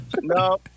no